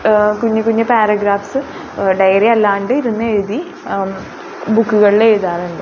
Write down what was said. കുഞ്ഞ് കുഞ്ഞ് paragraphs diary അല്ലാണ്ട് ഇരുന്നെഴുതി ബുക്കുകളിലെഴുതാറുണ്ട്